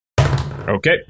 Okay